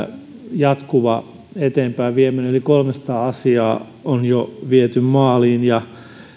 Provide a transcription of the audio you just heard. jatkuva eteenpäinvieminen eli kolmesataa asiaa on jo viety maaliin